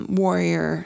warrior